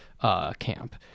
camp